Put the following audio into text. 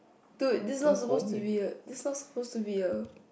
dude that's not suppose to be a that's not suppose to be a